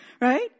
Right